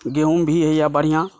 गेहूॅंम भी होइए हमरा